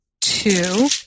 two